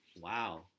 Wow